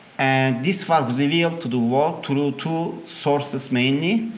and this was revealed to the world through two sources mainly.